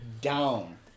down